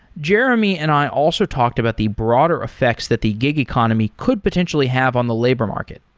jeremy and i also talked about the broader effects that the gig economy could potentially have on the labor market.